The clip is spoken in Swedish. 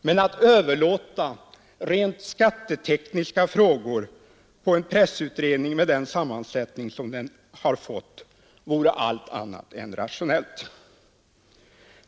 Men att överlåta rent skattetekniska frågor på pressutredningen med den sammansättning den fått vore allt annat än rationellt.